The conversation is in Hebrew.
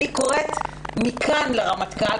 אני קוראת מכאן לרמטכ"ל,